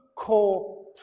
core